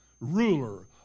ruler